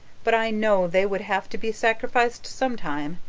but i know they would have to be sacrificed sometime,